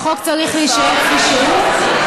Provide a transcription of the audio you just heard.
החוק צריך להישאר כפי שהוא.